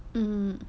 mmhmm